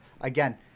Again